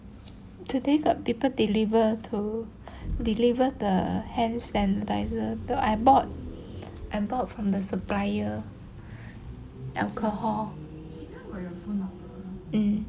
today got people deliver to deliver the hand sanitiser I bought I bought from the supplier alcohol um